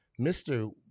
Mr